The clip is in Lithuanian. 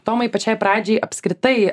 tomai pačiai pradžiai apskritai